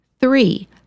Three